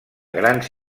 grans